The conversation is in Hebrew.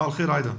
בוקר טוב, עאידה.